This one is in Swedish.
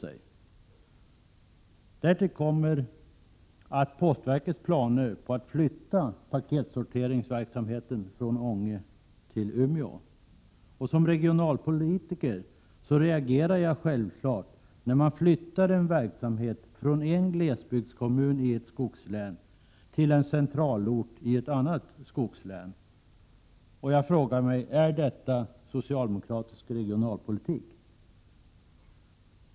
Till detta kommer postverkets planer på att flytta paketsorteringsverksamheten från Ånge till Umeå. Som regionalpolitiker reagerar jag självfallet när man flyttar en verksamhet från en glesbygdskommun i ett skogslän till en centralort i ett annat skogslän. Jag frågar mig: Är detta socialdemokratisk regionalpolitik?